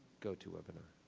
go to webinar.